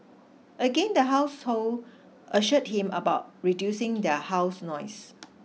again the household assured him about reducing their house noise